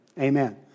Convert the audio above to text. Amen